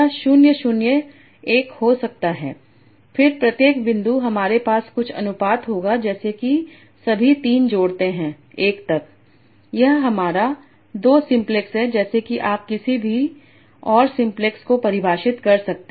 यह 0 0 1 हो सकता हैफिर प्रत्येक बिंदु हमारे पास कुछ अनुपात होगा जैसे कि सभी 3 जोड़ते हैं 1 तक यह हमारा 2 सिम्पलेक्स है जैसे कि आप किसी भी और सिम्प्लेक्स को परिभाषित कर सकते हैं